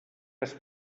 has